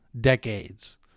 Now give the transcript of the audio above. decades